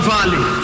Valley